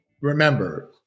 Remember